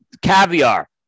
caviar